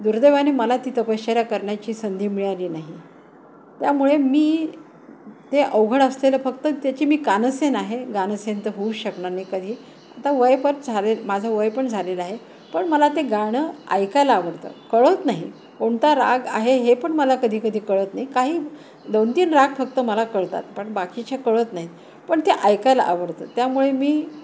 दुर्दैवाने मला ती तपश्चर्या करण्याची संधी मिळाली नाही त्यामुळे मी ते अवघड असलेलं फक्त त्याची मी कानसेन आहे गानसेन तर होऊ शकणार नाही कधी आता वय प झाले माझा वय पण झालेला आहे पण मला ते गाणं ऐकायला आवडतं कळत नाही कोणता राग आहे हे पण मला कधी कधी कळत नाही काही दोन तीन राग फक्त मला कळतात पण बाकीच्या कळत नाहीत पण ते ऐकायला आवडतं त्यामुळे मी